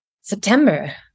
September